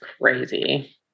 crazy